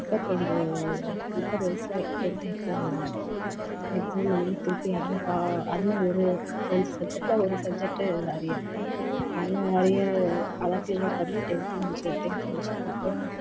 முப்பத்ரெண்டு முப்பது வயசில் tenth exam எழுதுனேன் எக்ஸாம் எழுதி திருப்பி அதில் பா அதில் ஒரு அஞ்சு சப்ஜெக்ட்டில் ஒரு சப்ஜெக்ட்டு அரியர் அதில் அரியர் அதெல்லாம் க்ளியர் பண்ணி டென்த்து முடித்தேன் டென்த்து முடித்ததுக்கு அப்புறம்